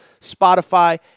Spotify